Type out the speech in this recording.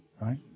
right